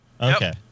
Okay